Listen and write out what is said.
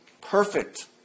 perfect